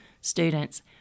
students